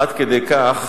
עד כדי כך